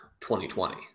2020